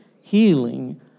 healing